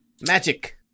Magic